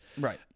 Right